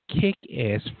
kick-ass